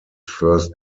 first